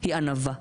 היא ענווה,